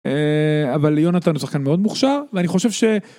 אבל ליונתן הוא שחקן מאוד מוכשר ואני חושב ש...